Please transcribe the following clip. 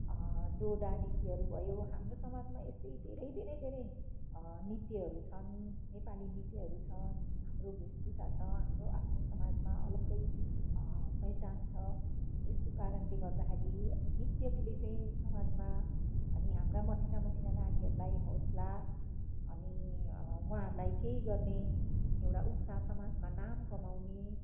डोडा नृत्यहरू भयो हाम्रो समाजमा यस्तै धेरै धेरै धेरै नृत्यहरू छन् नेपाली नृत्यहरू छ हाम्रो भेषभूषा छ हाम्रो आफ्नो समाजमा अलग्गै पहिचान छ यस्तो कारणले गर्दाखेरि नृत्यले चाहिँ समाजमा अनि हाम्रा मसिना मसिना नानीहरूलाई हौसला अनि उहाँहरूलाई केही गर्ने एउटा उत्साह समाजमा नाम कमाउने